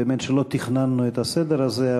באמת שלא תכננו את הסדר הזה,